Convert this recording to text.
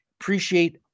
Appreciate